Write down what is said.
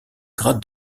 grade